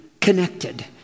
connected